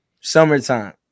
summertime